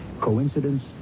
Coincidence